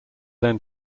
then